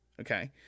okay